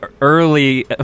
early